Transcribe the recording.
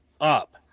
up